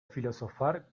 filosofar